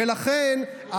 ולכן,